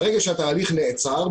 ברגע שהתהליך נעצר,